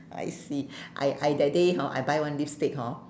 I see I I that day hor I buy one lipstick hor